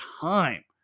time